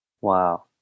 Wow